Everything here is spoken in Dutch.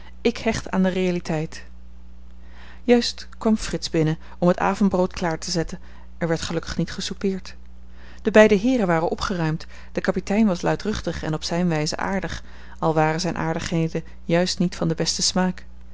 ik hecht aan de realiteit juist kwam frits binnen om het avondbrood klaar te zetten er werd gelukkig niet gesoupeerd de beide heeren waren opgeruimd de kapitein was luidruchtig en op zijne wijze aardig al waren zijne aardigheden juist niet van den besten smaak